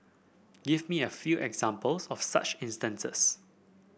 give me a few examples of such instances